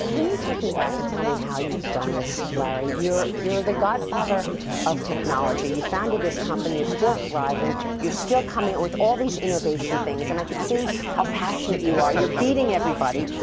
can you take me back and tell me how you've done this, larry? you're you're the godfather of technology. you founded this company, you're still thriving. you're still coming out with all these innovation things. and i can see how passionate you are. you're beating every.